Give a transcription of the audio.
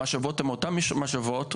המשאבות הן אותן משאבות,